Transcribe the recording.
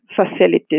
facilities